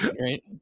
Right